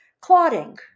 clotting